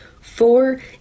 Four